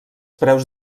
preus